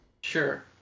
Sure